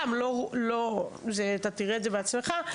אתה תראה את זה בעצמך,